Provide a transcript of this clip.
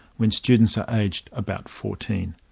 when students are aged about fourteen.